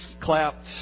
clapped